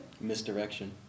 Misdirection